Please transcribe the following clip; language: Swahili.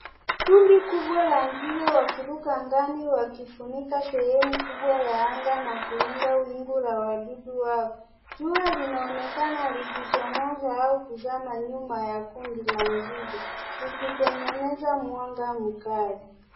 Kundi kubwa la nzige wakiruka angani wakifunika sehemu kubwa ya anga na kuunda wingu la wadudu hao. Jua linaonekana likichomoza au kuzama nyuma ya kundi la nzige, likitengeneza mwanga mkali.